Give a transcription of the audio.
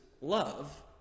love